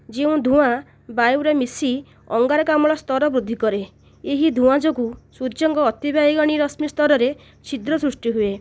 ଯେଉଁ ଧୂଆଁ ବାୟୁରେ ମିଶି ଅଙ୍ଗାରକାମ୍ଳ ସ୍ତର ବୃଦ୍ଧି କରେ ଏହି ଧୂଆଁ ଯୋଗୁ ସୂର୍ଯ୍ୟଙ୍କ ଅତିବାଇଗଣି ରଶ୍ମି ସ୍ତରରେ ଛିଦ୍ର ସୃଷ୍ଟି ହୁଏ